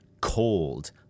cold